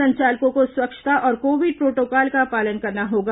संचालकों को स्वच्छता और कोविड प्रोटोकॉल का पालन करना होगा